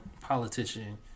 politician